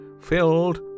filled